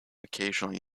occasionally